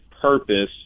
purpose